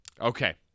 Okay